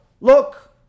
look